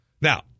Now